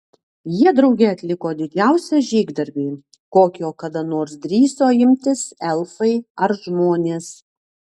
jie drauge atliko didžiausią žygdarbį kokio kada nors drįso imtis elfai ar žmonės